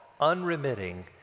unremitting